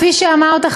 כפי שאמרת,